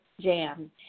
jam